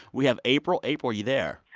we have april. april, are you there?